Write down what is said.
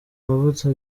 mavuta